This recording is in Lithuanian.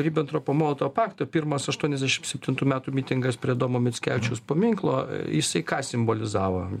ribentropo molotovo pakto pirmas aštuoniasdešim septintų metų mitingas prie domo mickevičiaus paminklo jisai ką simbolizavo